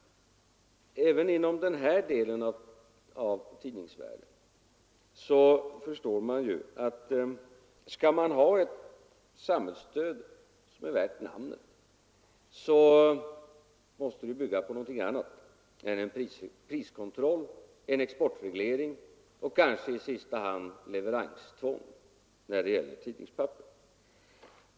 Även inom den här delen av tidningsvärlden förstår man ju att skall man ha ett samhällsstöd som är värt namnet måste det bygga på någonting annat än en priskontroll, en exportreglering och kanske i sista hand leveranstvång när det gäller tidningspapper.